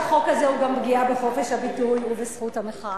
החוק הזה הוא גם פגיעה בחופש הביטוי ובזכות המחאה.